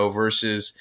versus